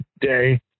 day